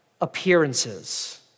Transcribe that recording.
appearances